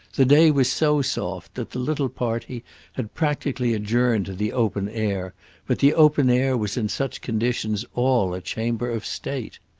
the day was so soft that the little party had practically adjourned to the open air but the open air was in such conditions all a chamber of state.